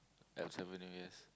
Alps Avenue yes